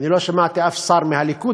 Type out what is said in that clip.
לא שמעתי אף שר מהליכוד,